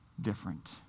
different